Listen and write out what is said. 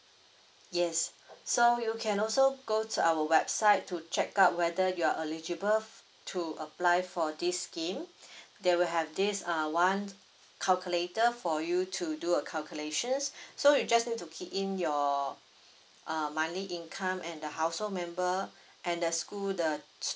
yes so you can also go to our website to check out whether you're eligible to apply for this scheme there will have this err one calculator for you to do a calculations so you just need to key in your um monthly income and the household member and the school the